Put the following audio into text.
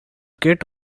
kit